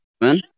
man